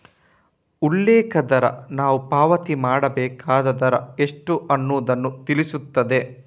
ಉಲ್ಲೇಖ ದರ ನಾವು ಪಾವತಿ ಮಾಡ್ಬೇಕಾದ ದರ ಎಷ್ಟು ಅನ್ನುದನ್ನ ತಿಳಿಸ್ತದೆ